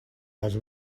las